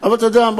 אבל אתה יודע,